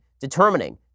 determining